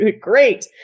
great